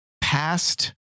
past